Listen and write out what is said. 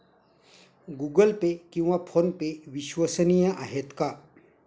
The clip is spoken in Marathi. गूगल पे किंवा फोनपे विश्वसनीय आहेत का?